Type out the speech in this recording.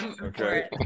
Okay